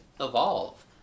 evolve